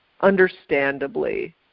understandably